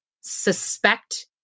suspect